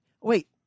wait